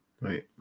Right